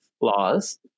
laws